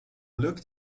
looked